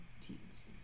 teams